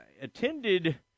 attended